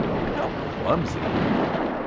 but how clumsy you are!